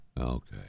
Okay